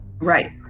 Right